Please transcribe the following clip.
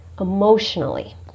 emotionally